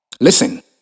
Listen